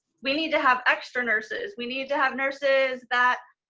we need to have extra nurses. we need to have nurses that